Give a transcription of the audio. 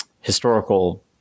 historical